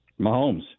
Mahomes